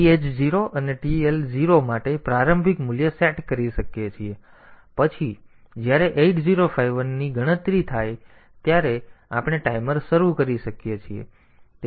અને આપણે register TH0 અને TL0 માટે પ્રારંભિક મૂલ્ય સેટ કરી શકીએ છીએ પછી જ્યારે 8051 ની ગણતરી થાય ત્યારે આપણે ટાઈમર શરૂ કરી શકીએ છીએ